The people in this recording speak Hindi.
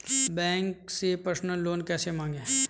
बैंक से पर्सनल लोन कैसे मांगें?